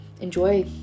enjoy